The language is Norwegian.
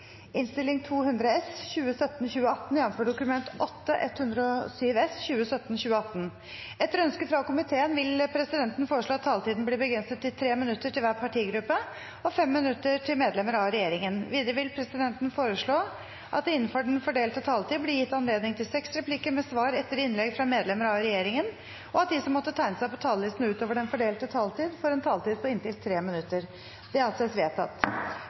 innstilling til oss. Jeg avventer den innstillingen før jeg vil gi svar på videre saksprosess. Replikkordskiftet er omme. Flere har ikke bedt om ordet til sak nr. 2. Etter ønske fra energi- og miljøkomiteen vil presidenten foreslå at taletiden blir begrenset til 3 minutter til hver partigruppe og 5 minutter til medlemmer av regjeringen. Videre vil presidenten foreslå at det – innenfor den fordelte taletid – blir gitt anledning til replikkordskifte på inntil seks replikker med svar etter innlegg fra medlemmer av regjeringen, og at de som måtte tegne seg på talerlisten utover